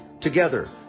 Together